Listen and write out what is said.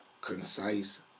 concise